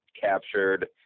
captured